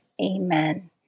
Amen